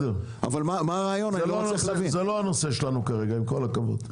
זה לא הנושא שלנו כרגע, עם כל הכבוד.